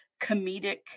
comedic